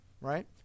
right